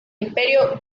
imperio